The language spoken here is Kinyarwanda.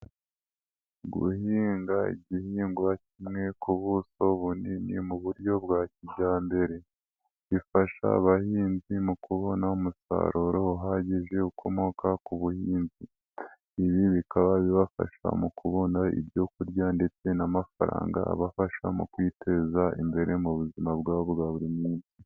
Guhinga igihingwa kimwe ku buso bunini mu buryo bwa kijyambere bifasha abahinzi mu kubona umusaruro uhagije ukomoka ku buhinzi, ibi bikaba bibafasha mu kubona ibyo kurya ndetse n'amafaranga abafasha mu kwiteza imbere mu buzima bwabo bwa buri muntu.